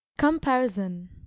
Comparison